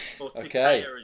okay